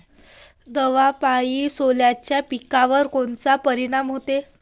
दवापायी सोल्याच्या पिकावर कोनचा परिनाम व्हते?